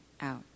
Out